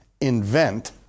invent